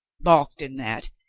balked in that,